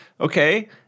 Okay